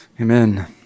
Amen